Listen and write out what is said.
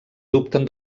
dubten